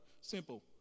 simple